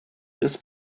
this